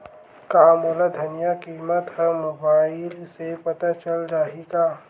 का मोला धनिया किमत ह मुबाइल से पता चल जाही का?